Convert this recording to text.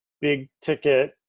big-ticket